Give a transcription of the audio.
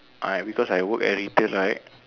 ah because I work at retail right